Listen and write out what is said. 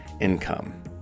income